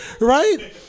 right